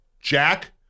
Jack